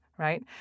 right